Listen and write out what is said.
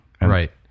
Right